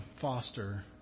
foster